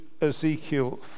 Ezekiel